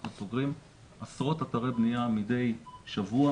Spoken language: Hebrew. אנחנו סוגרים עשרות אתרי בנייה מדי שבוע.